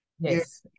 Yes